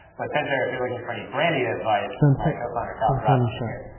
but pantera, if you're looking for any branding advice, my co-founder kyle drops right here.